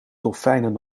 dolfijnen